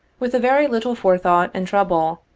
with a very little forethought and trouble,